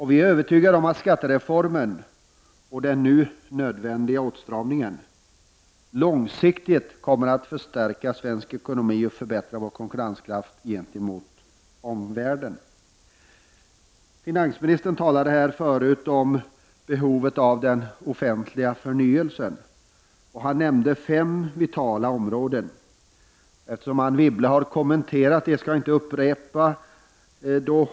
Vi är övertygade om att skattereformen och den nu nödvändiga åtstramningen långsiktigt kommer att förstärka svensk ekonomi och förbättra vår konkurrenskraft gentemot omvärlden. Finansministern talade här tidigare om behovet av den offentliga förnyelsen. Han nämnde fem vitala områden. Eftersom Anne Wibble har kommenterat detta skall jag inte återupprepa det.